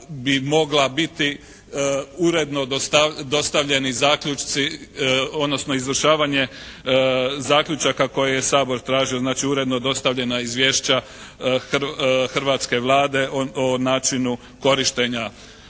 bi mogla biti uredno dostavljeni zaključci, odnosno izvršavanje zaključaka koje je Sabor tražio, znači uredno dostavljena izvješća hrvatske Vlade o načinu korištenja